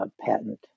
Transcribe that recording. patent